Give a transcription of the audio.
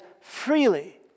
freely